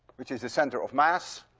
which is the center of mass,